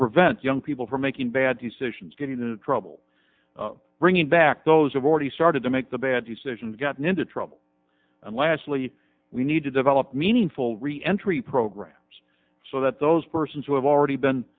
prevent young people from making bad decisions getting the trouble bringing back those have already started to make the bad decisions gotten into trouble and lastly we need to develop meaningful re entry programs so that those persons who have already been